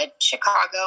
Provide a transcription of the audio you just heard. Chicago